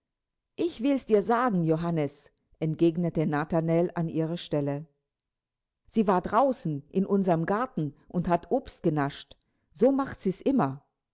ich will dir's sagen johannes entgegnete nathanael an ihrer stelle sie war draußen in unserem garten und hat obst genascht so macht sie's immer